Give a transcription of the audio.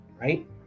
right